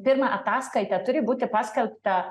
pirma ataskaita turi būti paskelbta